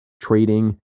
trading